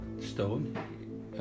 stone